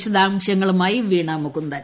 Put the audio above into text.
വിശദാംശങ്ങളുമായി വീണ മുകുന്ദൻ